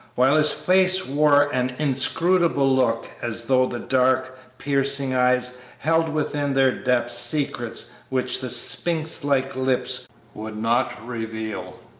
while his face wore an inscrutable look, as though the dark, piercing eyes held within their depths secrets which the sphinx-like lips would not reveal.